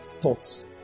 thoughts